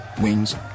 Wings